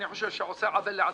אני חושב שהוא עושה עוול לעצמו.